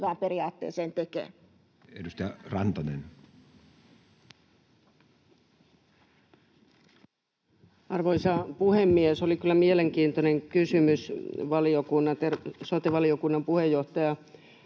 hyvään periaatteeseen tekee. Edustaja Rantanen. Arvoisa puhemies! Oli kyllä mielenkiintoinen kysymys sote-valiokunnan puheenjohtajalta